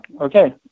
okay